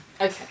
Okay